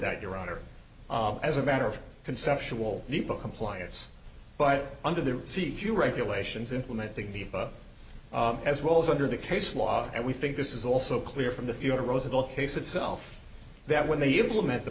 that your honor as a matter of conceptual nepa compliance but under the sea fewer regulations implementing the as well as under the case law and we think this is also clear from the future roosevelt case itself that when they implement the